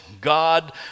God